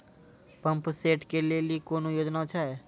Pump set केलेली कोनो योजना छ?